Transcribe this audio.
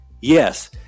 Yes